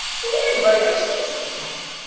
did anybody ever see such a temper!